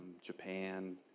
Japan